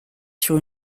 sur